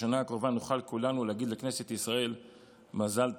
בשנה הקרובה נוכל כולנו להגיד לכנסת ישראל מזל טוב,